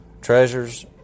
treasures